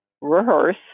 rehearse